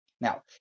Now